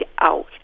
out